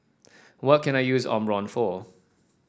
what can I use Omron for